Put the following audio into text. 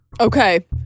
Okay